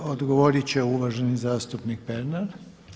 Odgovorit će uvaženi zastupnik Pernar.